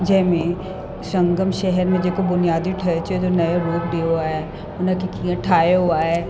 जंहिंमें संगम शहर में जेको बुनियादी ढांचे जो नओं रूप ॾियो आहे उनखे कीअं ठाहियो आहे